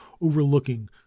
overlooking